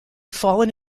fallen